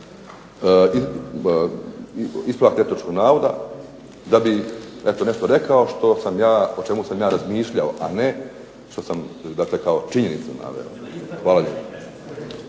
ispravak netočnog navoda da bi eto nešto rekao što sam ja, o čemu sam ja razmišljao, a ne što sam kao činjenicu naveo. Hvala lijepo.